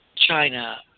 China